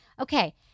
Okay